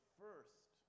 first